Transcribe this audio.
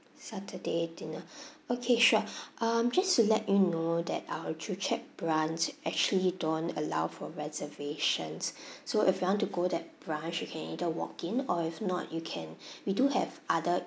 saturday dinner okay sure um just to let you know that our branch actually don't allow for reservations so if you want to go that branch you can either walk in or if not you can we do have other